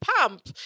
pump